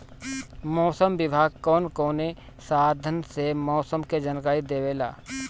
मौसम विभाग कौन कौने साधन से मोसम के जानकारी देवेला?